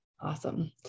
Awesome